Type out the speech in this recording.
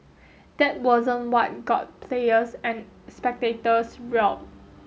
that wasn't what got players and spectators riled